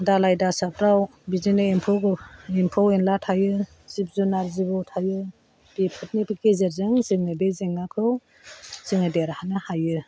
दालाय दासाफ्राव बिदिनो एम्फौ एम्फौ एनला थायो जिब जुनार जिबौ थायो बेफोरनि गेजेरजों जोंनि बे जेंनाखौ जोङो देरहानो हायो